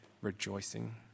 rejoicing